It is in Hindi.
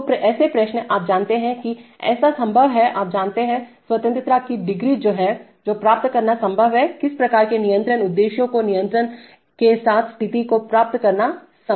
तो ऐसे प्रश्न आप जानते हैं कि क्या संभव है आप जानते हैं स्वतंत्रता की डिग्री जो है जो प्राप्त करना संभव है किस प्रकार के नियंत्रण उद्देश्यों को नियंत्रण के साथ स्थिति को प्राप्त करना संभव है